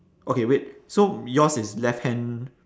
okay wait so yours is left hand